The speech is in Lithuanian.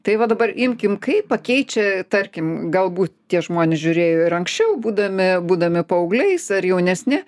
tai va dabar imkim kaip pakeičia tarkim galbūt tie žmonės žiūrėjo ir anksčiau būdami būdami paaugliais ar jaunesni